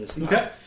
Okay